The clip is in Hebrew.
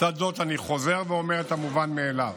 לצד זאת, אני חוזר ואומר את המובן מאליו: